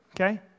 okay